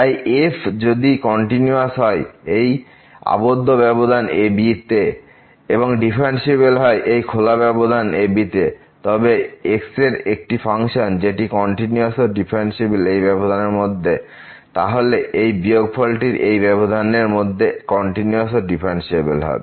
তাই f যদি continuous হয় এই আবদ্ধ ব্যবধান ab তে এবং ডিফারেন্সিএবেল হয় এই খোলা ব্যবধান ab তে এবং x একটি ফাংশন জেটি কন্টিনিউয়াস ও ডিফারেন্সিএবেল এই ব্যবধান এর মধ্যে তাহলে এই বিয়োগফল টির এই ব্যবধান এর মধ্যে কন্টিনিউয়াস ও ডিফারেন্সিএবেল হবে